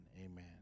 amen